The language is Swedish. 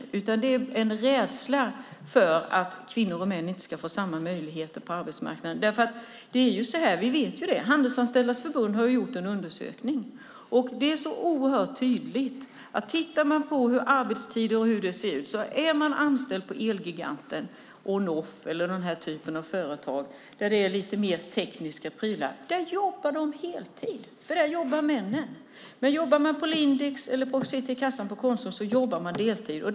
Det handlar om en rädsla för att kvinnor och män inte ska få samma möjligheter på arbetsmarknaden. Handelsanställdas förbund har gjort en undersökning. Den är oerhört tydlig när man tittar man på arbetstider och hur det ser ut: Är man anställd på Elgiganten, Onoff och den typen av företag där det är lite mer tekniska prylar jobbar man heltid, för där jobbar männen. Men jobbar man på Lindex eller sitter i kassan på Konsum jobbar man deltid.